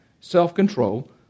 self-control